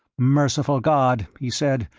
merciful god, he said,